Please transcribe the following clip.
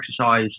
exercise